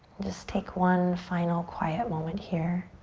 just take one final quiet moment here.